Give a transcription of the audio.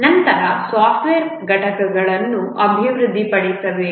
ನಂತರ software ಘಟಕಗಳನ್ನು ಅಭಿವೃದ್ಧಿಪಡಿಸಬೇಕು